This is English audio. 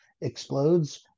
explodes